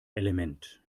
element